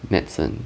medicine